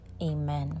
amen